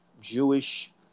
Jewish